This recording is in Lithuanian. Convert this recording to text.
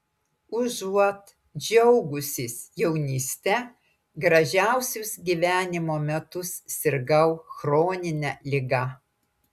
užuot džiaugusis jaunyste gražiausius gyvenimo metus sirgau chronine liga